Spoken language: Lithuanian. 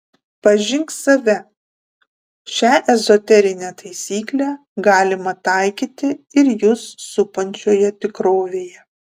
pažink save šią ezoterinę taisyklę galima taikyti ir jus supančioje tikrovėje